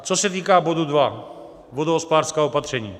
Co se týká bodu dva vodohospodářská opatření.